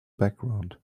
background